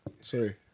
Sorry